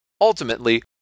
ultimately